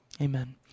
amen